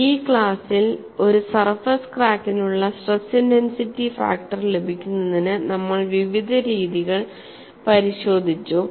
ഈ ക്ലാസ്സിൽ ഒരു സർഫസ് ക്രാക്കിനുള്ള സ്ട്രെസ് ഇന്റൻസിറ്റി ഫാക്ടർ ലഭിക്കുന്നതിന് നമ്മൾ വിവിധ രീതികൾ പരിശോധിച്ചു